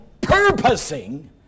purposing